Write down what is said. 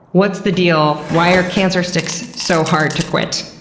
what's the deal? why are cancer sticks so hard to quit?